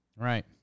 Right